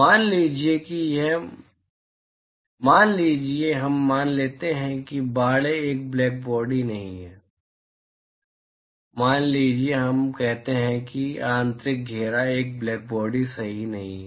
मान लीजिए हम मान लेते हैं कि बाड़े एक ब्लैक बॉडी नहीं है मान लीजिए हम कहते हैं कि आंतरिक घेरा एक ब्लैकबॉडी सही नहीं है